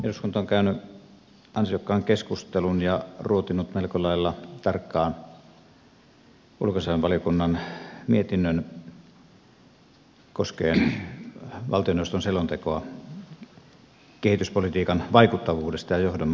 eduskunta on käynyt ansiokkaan keskustelun ja ruotinut melko lailla tarkkaan ulkoasiainvaliokunnan mietinnön koskien valtioneuvoston selontekoa kehityspolitiikan vaikuttavuudesta ja johdonmukaisuudesta